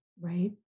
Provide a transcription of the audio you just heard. right